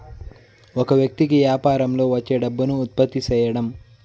ఒక వ్యక్తి కి యాపారంలో వచ్చే డబ్బును ఉత్పత్తి సేయడం